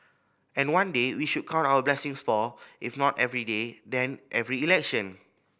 and one day we should count our blessings for if not every day then every election